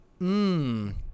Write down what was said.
Mmm